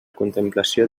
contemplació